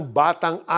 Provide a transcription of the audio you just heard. batang